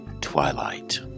Twilight